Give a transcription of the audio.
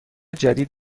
جدید